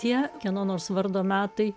tie kieno nors vardo metai